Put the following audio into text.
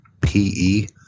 P-E